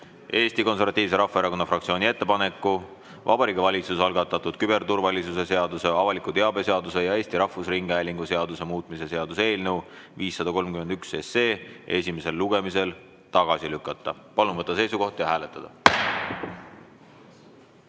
Eesti Konservatiivse Rahvaerakonna fraktsiooni ettepaneku Vabariigi Valitsuse algatatud küberturvalisuse seaduse, avaliku teabe seaduse ja Eesti Rahvusringhäälingu seaduse muutmise seaduse eelnõu 531 esimesel lugemisel tagasi lükata. Palun võtta seisukoht ja hääletada!